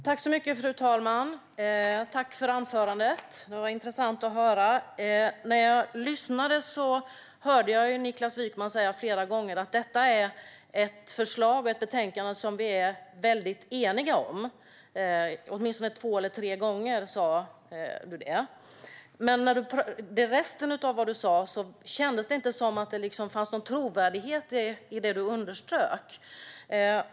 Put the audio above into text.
Fru talman! Tack, Niklas Wykman, för anförandet! Det var intressant att höra. Jag hörde Niklas Wykman säga flera gånger att detta är ett förslag och ett betänkande som vi är väldigt eniga om. Åtminstone två eller tre gånger sa du det. Men med tanke på vad du sa i övrigt kändes det inte som att det fanns någon trovärdighet i det du underströk.